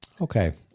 Okay